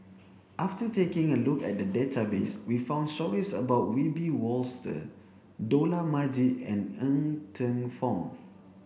after taking a look at the database we found stories about Wiebe Wolters Dollah Majid and Ng Teng Fong